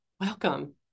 welcome